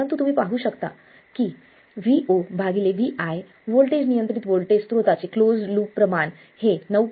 परंतु तुम्ही पाहू शकता की VoVi व्होल्टेज नियंत्रित व्होल्टेज स्त्रोताचे क्लोज्ड लूप प्रमाण हे 9